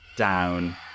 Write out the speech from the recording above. down